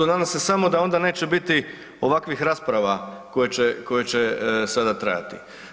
Nadam se samo da onda neće biti ovakvih rasprava koje će sada trajati.